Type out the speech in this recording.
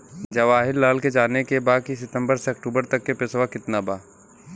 जवाहिर लाल के जाने के बा की सितंबर से अक्टूबर तक के पेसवा कितना बा?